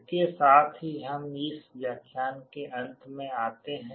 इसके साथ ही हम इस व्याख्यान के अंत में आते हैं